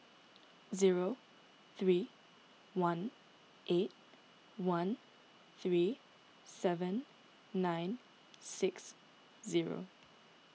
zero three one eight one three seven nine six zero